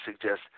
suggest